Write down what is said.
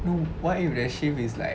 no what if the shift is like